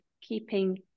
keeping